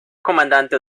comandante